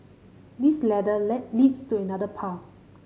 this ladder led leads to another path